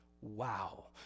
Wow